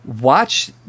watch